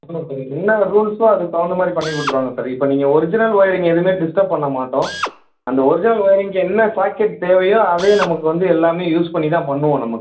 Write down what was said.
என்ன ரூல்ஸ்ஸோ அதுக்கு தகுந்த மாதிரி பண்ணி கொடுத்துடுவாங்க சார் இப்போ நீங்கள் ஒரிஜினல் ஒயரிங் எதுவுமே டிஸ்டர்ப் பண்ணமாட்டோம் அந்த ஒரிஜினல் ஒயரிங்க்கு என்ன சாக்கெட் தேவையோ அதையே நமக்கு வந்து எல்லாமே யூஸ் பண்ணிதான் பண்ணுவோம் நம்ம